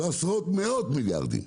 לא עשרות, מאות מיליארדים.